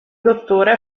dottore